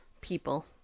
people